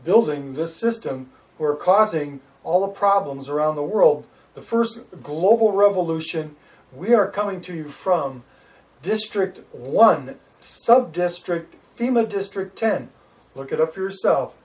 building this system who are causing all the problems around the world the first global revolution we are coming to you from district one subdistrict fema district ten look it up yourself